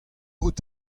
out